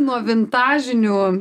nuo vintažinių